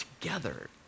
together